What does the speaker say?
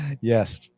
Yes